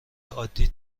عادی